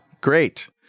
Great